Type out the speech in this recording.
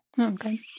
Okay